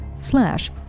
slash